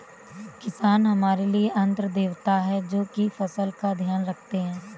किसान हमारे लिए अन्न देवता है, जो की फसल का ध्यान रखते है